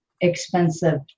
expensive